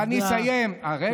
ואני אסיים, תודה, תודה.